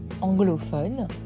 anglophone